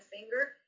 finger